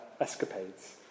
escapades